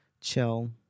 chill